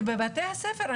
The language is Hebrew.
ובבתי הספר,